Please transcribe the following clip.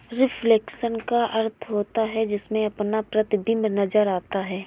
reflection का अर्थ होता है जिसमें अपना प्रतिबिंब नजर आता है